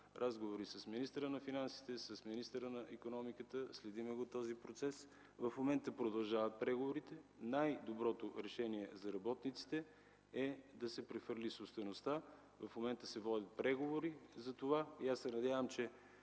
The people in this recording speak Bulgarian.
разговори с министъра на финансите и с министъра на икономиката и следим процеса. В момента продължават преговорите. Най-доброто решение за работниците е да се прехвърли собствеността. В момента се водят преговори за това и се надявам, че